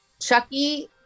Chucky